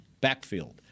backfield